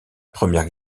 première